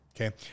Okay